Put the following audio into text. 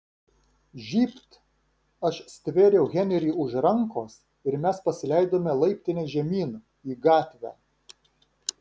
žybt aš stvėriau henrį už rankos ir mes pasileidome laiptine žemyn į gatvę